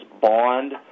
bond